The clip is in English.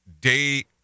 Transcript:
day